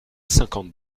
cinquante